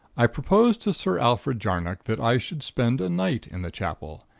i proposed to sir alfred jarnock that i should spend a night in the chapel,